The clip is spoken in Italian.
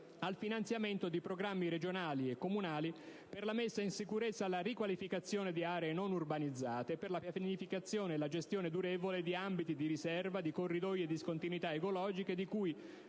al finanziamento di programmi regionali e comunali locali per la messa in sicurezza e la riqualificazione delle aree non urbanizzate, per la pianificazione e la gestione durevole di ambiti di riserva, di corridoi e discontinuità ecologiche, di cui